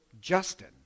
Justin